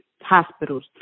hospitals